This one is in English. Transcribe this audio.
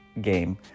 game